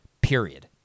period